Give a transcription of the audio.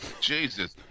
Jesus